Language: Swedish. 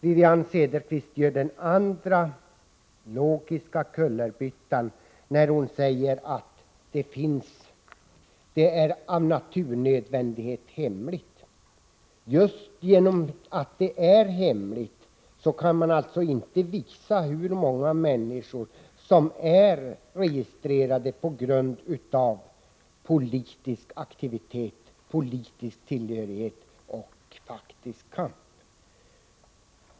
Wivi-Anne Cederqvist gör den andra logiska kullerbyttan när hon säger att det av naturnödvändighet är hemligt. Just genom att det är hemligt kan man alltså inte visa hur många människor som är registrerade på grund av politisk aktivitet, politisk tillhörighet och faktisk kamp.